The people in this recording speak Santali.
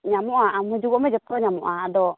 ᱧᱟᱢᱚᱜᱼᱟ ᱟᱢ ᱦᱤᱡᱩᱜᱚᱜ ᱢᱮ ᱡᱚᱛᱚ ᱧᱟᱢᱚᱜᱼᱟ ᱟᱫᱚ